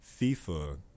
FIFA